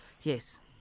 Yes